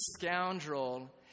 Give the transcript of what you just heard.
scoundrel